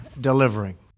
delivering